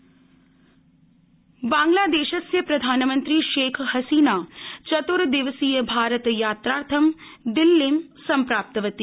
बांग्लादेश बांग्लादेशस्य प्रधानमन्त्री शेख हसीना चतुर्दिवसीय भारतयात्रार्थं दिल्लीं सम्प्राप्तवती